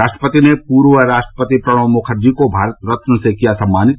राष्ट्रपति ने पूर्व राष्ट्रपति प्रणव मुखर्जी को भारत रत्न से किया सम्मानित